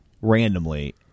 randomly